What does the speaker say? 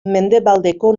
mendebaldeko